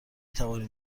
توانیم